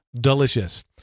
delicious